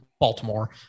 Baltimore